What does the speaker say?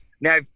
now